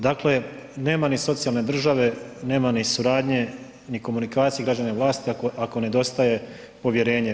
Dakle, nema ni socijalne države, nema ni suradnje, ni komunikacije građana i vlasti ako nedostaje povjerenje.